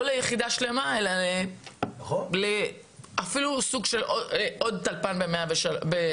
לא ליחידה שלמה אלא אפילו סוג של עוד טלפן ב-100.